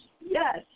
Yes